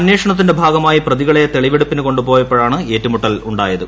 അന്വേഷണത്തിന്റെ ഭാഗമായി പ്രതികളെ തെളിവെടുപ്പിന് കൊണ്ടുപോയപ്പോഴാണ് ഏറ്റുമുട്ടൽ ഉണ്ടായത്